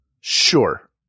Sure